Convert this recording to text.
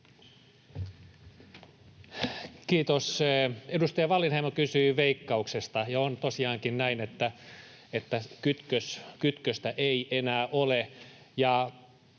Kiitos! Edustaja Wallinheimo kysyi Veikkauksesta, ja on tosiaankin näin, että kytköstä ei enää ole.